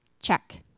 Check